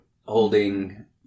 holding